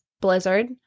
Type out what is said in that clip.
blizzard